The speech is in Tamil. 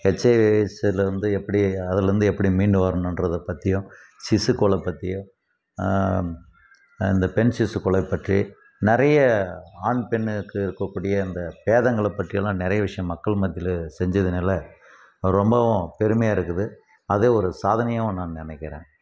ஹெச்ஐவிஸ்லருந்து எப்படி அதிலருந்து எப்படி மீண்டு வரணுன்றதை பற்றியும் சிசு கொலை பற்றியும் அந்த பெண் சிசு கொலை பற்றி நிறைய ஆண் பெண்ணுக்கு இருக்கக்கூடிய அந்த பேதங்களை பற்றி எல்லாம் நிறைய விஷயம் மக்கள் மத்தியில் செஞ்சதனால ரொம்பவும் பெருமையாக இருக்குது அதே ஒரு சாதனையாகவும் நான் நினைக்கிறேன்